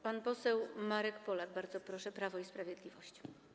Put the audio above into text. Pan poseł Marek Polak, bardzo proszę, Prawo i Sprawiedliwość.